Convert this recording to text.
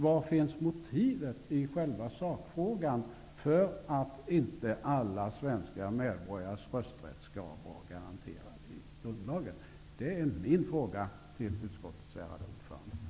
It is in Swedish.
Var finns motivet i själva sakfrågan för att inte alla svenska medborgares rösträtt skall vara garanterad i grundlagen? Det är mina frågor till utskottets ärade ordförande.